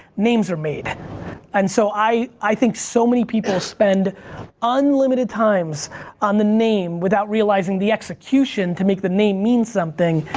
names are made and so i i think so many people spend unlimited times on the name without realizing the execution to make the name mean something,